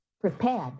prepared